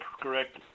correct